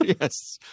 yes